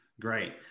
Great